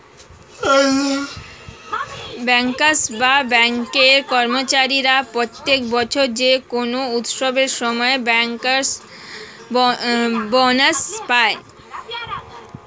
bankers বা ব্যাঙ্কের কর্মচারীরা প্রত্যেক বছর যে কোনো উৎসবের সময় ব্যাংকার্স বোনাস পায়